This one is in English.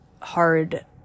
hard